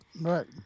right